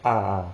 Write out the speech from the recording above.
ah ah